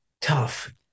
tough